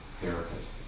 therapist